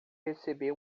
receber